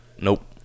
Nope